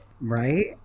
Right